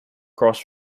across